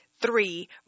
Three